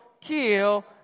kill